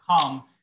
come